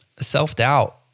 self-doubt